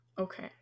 Okay